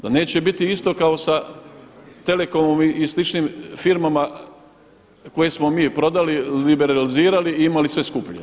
Da neće biti isto kao sa Telekomom i sličnim firmama koje smo mi prodali, liberalizirali i imali sve skuplje.